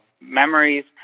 memories